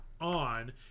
on